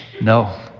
No